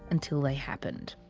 until they happened.